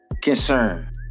concern